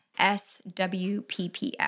SWPPX